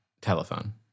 Telephone